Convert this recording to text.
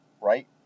Right